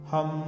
Hum